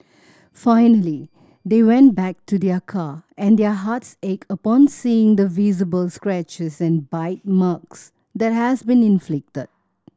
finally they went back to their car and their hearts ached upon seeing the visible scratches and bite marks that has been inflicted